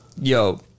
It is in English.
yo